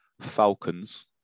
Falcons